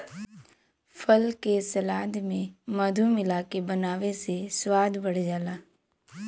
फल के सलाद में मधु मिलाके बनावे से स्वाद बढ़ जाला